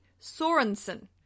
Sorensen